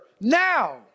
now